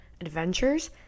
adventures